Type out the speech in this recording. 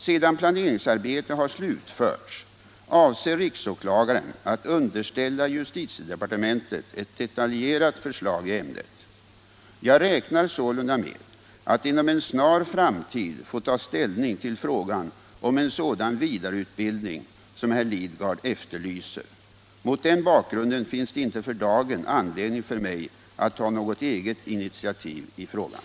Sedan planeringsarbetet har slutförts, avser riksåklagaren att underställa justitiedepartementet ett detaljerat förslag i ämnet. Jag räknar således med att inom en snar framtid få ta ställning till frågan om en sådan vidareutbildning som herr Lidgard efterlyser. Mot den bakgrunden finns det inte för dagen anledning för mig att ta något eget initiativ i frågan.